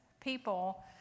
people